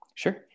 Sure